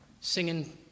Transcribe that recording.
Singing